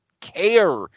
care